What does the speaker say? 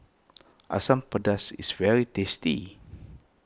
Asam Pedas is very tasty